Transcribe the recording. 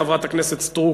חברת הכנסת סטרוק,